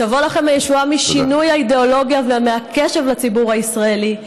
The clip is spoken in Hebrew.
תבוא לכם הישועה משינוי האידיאולוגיה ומהקשב לציבור הישראלי,